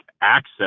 access